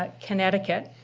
ah connecticut,